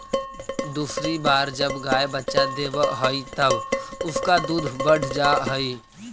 दूसरी बार जब गाय बच्चा देवअ हई तब उसका दूध बढ़ जा हई